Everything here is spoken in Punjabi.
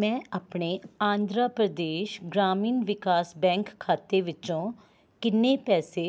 ਮੈਂ ਆਪਣੇ ਆਂਧਰਾ ਪ੍ਰਦੇਸ਼ ਗ੍ਰਾਮੀਣ ਵਿਕਾਸ ਬੈਂਕ ਖਾਤੇ ਵਿੱਚੋਂ ਕਿੰਨੇ ਪੈਸੇ